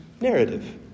narrative